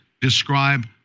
describe